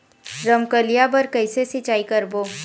रमकलिया बर कइसे सिचाई करबो?